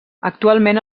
actualment